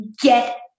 get